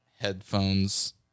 headphones